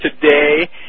today